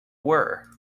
were